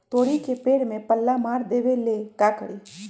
तोड़ी के पेड़ में पल्ला मार देबे ले का करी?